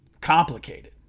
complicated